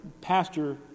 Pastor